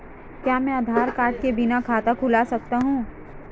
क्या मैं आधार कार्ड के बिना खाता खुला सकता हूं?